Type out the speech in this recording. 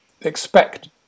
expect